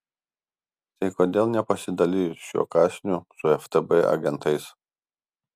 tai kodėl nepasidalijus šiuo kąsniu su ftb agentais